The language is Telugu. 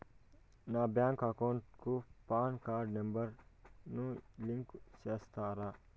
నా బ్యాంకు అకౌంట్ కు పాన్ కార్డు నెంబర్ ను లింకు సేస్తారా?